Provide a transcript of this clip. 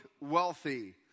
wealthy